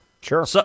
Sure